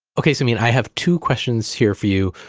okay samin, i have two questions here for you.